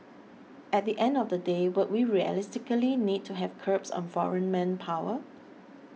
at the end of the day would we realistically need to have curbs on foreign manpower